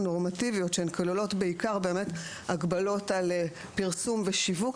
הנורמטיביות שהן כוללות בעיקר באמת הגבלות על פרסום ושיווק,